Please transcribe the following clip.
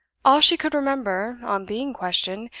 all she could remember, on being questioned,